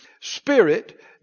Spirit